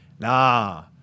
Nah